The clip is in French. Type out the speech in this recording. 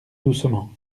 doucement